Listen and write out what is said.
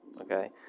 Okay